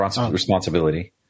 Responsibility